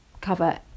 cover